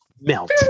melt